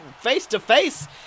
face-to-face